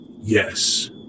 Yes